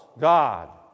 God